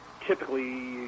typically